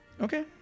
okay